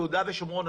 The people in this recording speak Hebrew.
יהודה ושומרון,